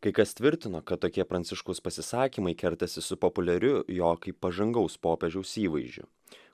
kai kas tvirtino kad tokie pranciškaus pasisakymai kertasi su populiariu jo kaip pažangaus popiežiaus įvaizdžiu